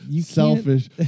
selfish